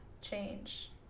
change